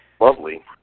Lovely